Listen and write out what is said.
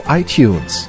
iTunes